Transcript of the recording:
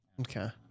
Okay